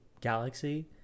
galaxy